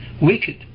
wicked